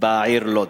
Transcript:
בעיר לוד.